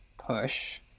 push